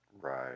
right